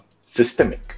systemic